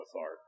Art